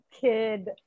kid